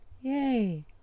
yay